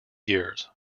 years